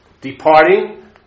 departing